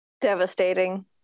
Devastating